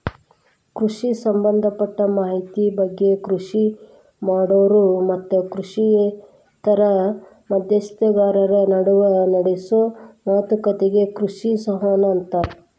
ಕೃಷಿ ಸಂಭದಪಟ್ಟ ಮಾಹಿತಿ ಬಗ್ಗೆ ಕೃಷಿ ಮಾಡೋರು ಮತ್ತು ಕೃಷಿಯೇತರ ಮಧ್ಯಸ್ಥಗಾರರ ನಡುವ ನಡೆಸೋ ಮಾತುಕತಿಗೆ ಕೃಷಿ ಸಂವಹನ ಅಂತಾರ